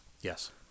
Yes